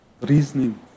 Reasoning